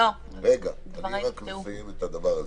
תני לי רק לסיים את הדבר הזה.